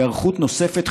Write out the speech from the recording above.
היערכות נוספת,